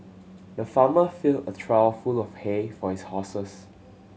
the farmer filled a trough full of hay for his horses